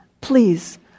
Please